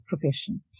profession